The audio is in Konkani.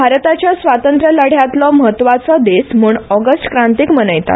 भारताच्या स्वातंत्र्य लढ्यातलो म्हत्वाचो दीस म्हण ऑगस्ट क्रांतीक मनयतात